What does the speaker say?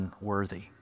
unworthy